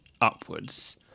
upwards